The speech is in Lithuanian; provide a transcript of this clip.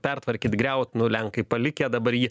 pertvarkyt griaut nu lenkai palikę dabar jį